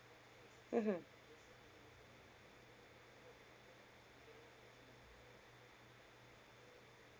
mmhmm